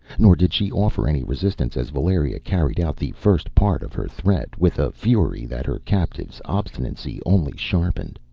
nor did she offer any resistance, as valeria carried out the first part of her threat with a fury that her captive's obstinacy only sharpened.